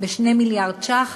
ב-2 מיליארד ש"ח,